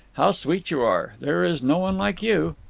how sweet you are. there is no one like you!